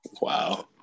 Wow